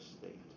state